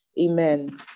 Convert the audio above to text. amen